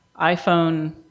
iPhone